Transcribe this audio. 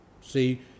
See